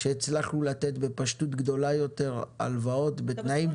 שהצלחנו לתת בפשטות גדולה יורת הלוואות בתנאים